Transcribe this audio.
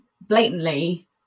blatantly